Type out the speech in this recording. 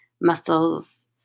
muscles